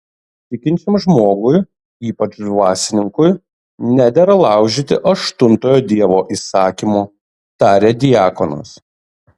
tikinčiam žmogui ypač dvasininkui nedera laužyti aštuntojo dievo įsakymo tarė diakonas